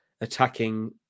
attacking